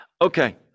Okay